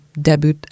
debut